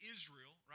Israel